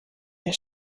der